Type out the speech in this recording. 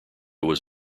was